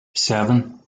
seven